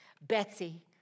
Betsy